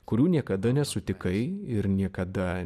kurių niekada nesutikai ir niekada